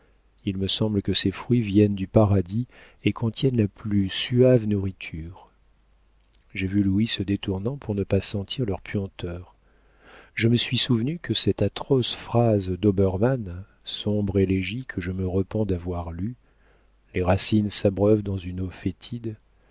il me semble que ces fruits viennent du paradis et contiennent la plus suave nourriture j'ai vu louis se détournant pour ne pas sentir leur puanteur je me suis souvenue de cette atroce phrase d'obermann sombre élégie que je me repens d'avoir lue les racines s'abreuvent dans une eau fétide